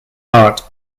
art